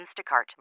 Instacart